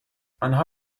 آنها